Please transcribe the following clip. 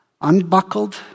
unbuckled